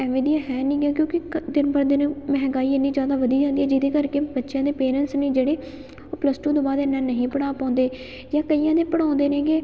ਐਵੇਂ ਦੀਆਂ ਹੈ ਨਹੀਂ ਗੀਆਂ ਕਿਉਂਕਿ ਕ ਦਿਨ ਬ ਦਿਨ ਮਹਿੰਗਾਈ ਇੰਨੀ ਜ਼ਿਆਦਾ ਵਧੀ ਜਾਂਦੀ ਹੈ ਜਿਹਦੇ ਕਰਕੇ ਬੱਚਿਆਂ ਦੇ ਪੇਰੈਂਟਸ ਨੇ ਜਿਹੜੇ ਉਹ ਪਲੱਸ ਟੂ ਤੋਂ ਬਾਅਦ ਇੰਨਾ ਨਹੀਂ ਪੜ੍ਹਾ ਪਾਉਂਦੇ ਜਾਂ ਕਈਆਂ ਦੇ ਪੜਾਉਂਦੇ ਨੇਗੇ